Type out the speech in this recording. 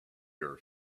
your